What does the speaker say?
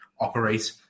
operate